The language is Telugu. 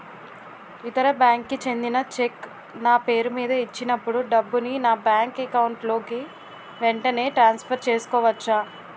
ఇతర బ్యాంక్ కి చెందిన చెక్ నా పేరుమీద ఇచ్చినప్పుడు డబ్బుని నా బ్యాంక్ అకౌంట్ లోక్ వెంటనే ట్రాన్సఫర్ చేసుకోవచ్చా?